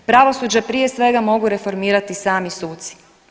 Pravosuđe prije svega, mogu reformirati sami suci.